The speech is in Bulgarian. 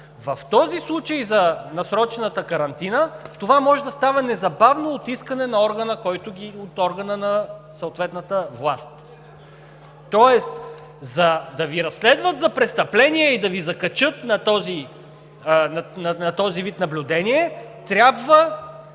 в този случай за насрочената карантина това може да става незабавно по искане на органа на съответната власт. Тоест за да Ви разследват за престъпление и да Ви закачат на този вид наблюдение, трябва